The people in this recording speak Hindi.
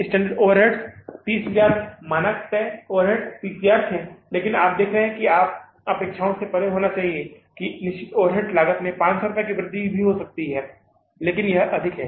स्टैंडर्ड ओवरहेड 30000 मानक तय ओवरहेड्स 30000 थे लेकिन आप देख रहे हैं कि यह अपेक्षाओं से परे होना चाहिए कि निर्धारित ओवरहेड लागत में 500 की वृद्धि भी हो सकती है लेकिन यह अधिक है